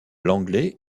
l’anglais